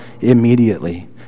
immediately